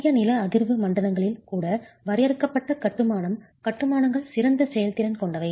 அதிக நில அதிர்வு மண்டலங்களில் கூட வரையறுக்கப்பட்ட கட்டுமானம் கட்டுமானங்கள் சிறந்த செயல்திறன் கொண்டவை